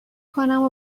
کنم